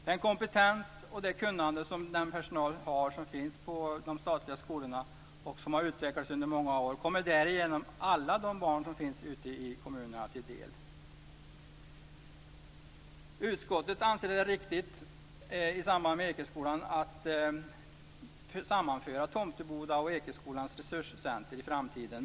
Den kompetens och det kunnande som den personal har som finns på de statliga skolorna och som har utvecklats under många år kommer därigenom alla de barn som finns ute i kommunerna till del. Utskottet anser att det är riktigt att i samband med detta sammanföra Tomteboda och Ekeskolans resurscentrum i framtiden.